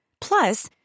Plus